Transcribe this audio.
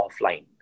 offline